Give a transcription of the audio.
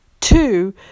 two